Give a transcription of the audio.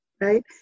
Right